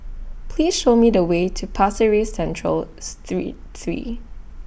Please Show Me The Way to Pasir Ris Central Street three